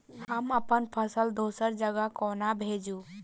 हम अप्पन फसल दोसर जगह कोना भेजू?